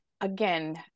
again